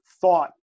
thought